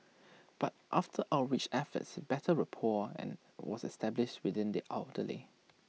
but after outreach efforts better rapport and was established within the elderly